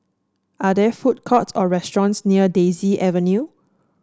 are there food courts or restaurants near Daisy Avenue